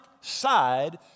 side